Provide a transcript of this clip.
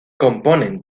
componen